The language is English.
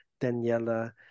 Daniela